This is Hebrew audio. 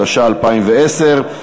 התש"ע 2010,